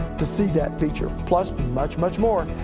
to see that feature plus much, much more,